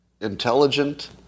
intelligent